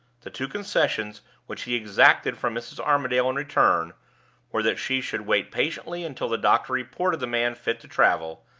the two concessions which he exacted from mrs. armadale in return were that she should wait patiently until the doctor reported the man fit to travel,